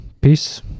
peace